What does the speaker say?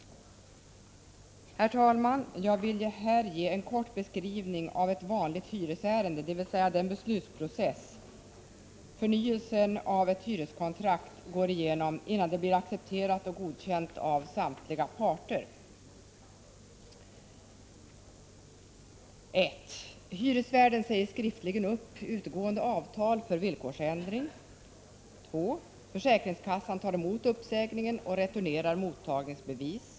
Herr talman! Jag vill här ge en kort beskrivning av ett vanligt hyresärende, dvs. den beslutsprocess som förnyelsen av ett hyreskontrakt går igenom innan det blir accepterat och godkänt av samtliga parter: 2. Försäkringskassan tar emot uppsägningen och returnerar mottagningsbevis.